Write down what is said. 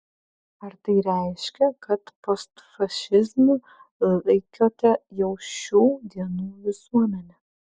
ar tai reiškia kad postfašizmu laikote jau šių dienų visuomenę